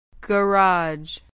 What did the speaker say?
Garage